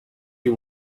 you